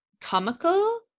comical